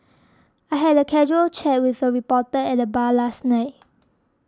I had a casual chat with a reporter at the bar last night